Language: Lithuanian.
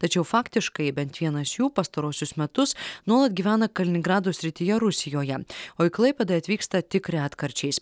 tačiau faktiškai bent vienas jų pastaruosius metus nuolat gyvena kaliningrado srityje rusijoje o į klaipėdą atvyksta tik retkarčiais